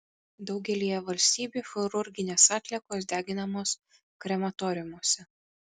daugelyje valstybių chirurginės atliekos deginamos krematoriumuose